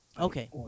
okay